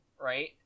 right